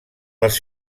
les